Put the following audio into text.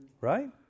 right